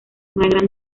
gran